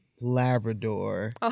Labrador